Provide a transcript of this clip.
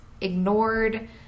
ignored